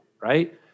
right